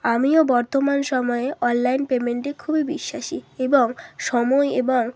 আমিও বর্তমান সময়ে অনলাইন পেমেন্টে খুবই বিশ্বাসী এবং সময় এবং